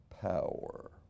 power